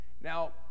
now